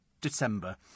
December